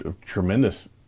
tremendous